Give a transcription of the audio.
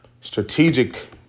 strategic